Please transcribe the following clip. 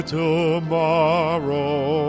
tomorrow